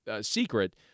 secret